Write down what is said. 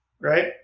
right